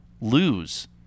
lose